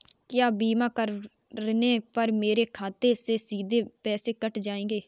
क्या बीमा करने पर मेरे खाते से सीधे पैसे कट जाएंगे?